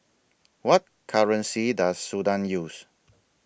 What currency Does Sudan use